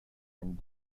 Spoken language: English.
can